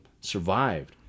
survived